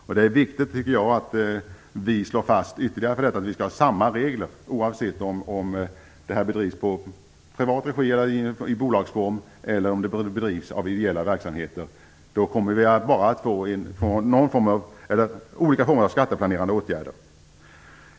Jag tycker att det är viktigt att vi slår fast att vi skall ha samma regler oavsett om sporten bedrivs i privat regi, i bolagsform eller som ideell verksamhet. Annars kommer vi bara att få olika former av skatteplanerande åtgärder.